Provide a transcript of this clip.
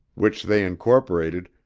which they incorporated,